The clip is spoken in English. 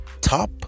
top